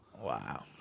Wow